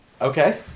Okay